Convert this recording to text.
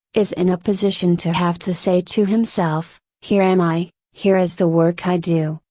is in a position to have to say to himself, here am i, here is the work i do,